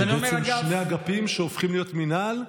זה בעצם שני אגפים שהופכים להיות מינהל,